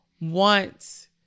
want